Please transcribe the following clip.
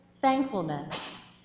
thankfulness